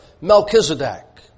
Melchizedek